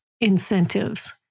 incentives